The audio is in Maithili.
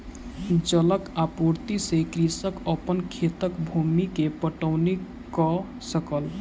जलक आपूर्ति से कृषक अपन खेतक भूमि के पटौनी कअ सकल